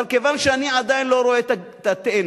אבל כיוון שאני עדיין לא רואה את התאנה,